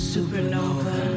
Supernova